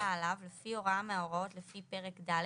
עליו לפי הוראה מההוראות לפי פרק ד',